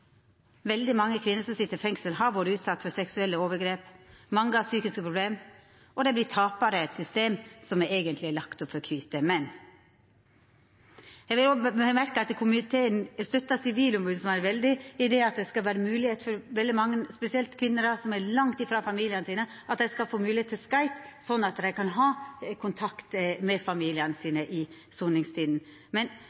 Veldig mange kvinner som sit i fengsel, har vore utsette for seksuelle overgrep, mange har psykiske problem, og dei vert taparar i eit system som eigentleg er lagt opp for kvite menn. Eg vil òg seia at komiteen i stor grad støttar Sivilombodsmannen i det at det skal vera mogleg for veldig mange – spesielt kvinner – som er langt frå familiane sine, å bruka Skype, slik at dei kan ha kontakt med familiane